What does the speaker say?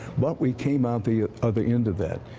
but we came out the other end of that.